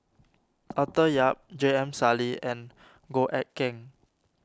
Arthur Yap J M Sali and Goh Eck Kheng